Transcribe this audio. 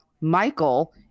Michael